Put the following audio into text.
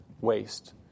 waste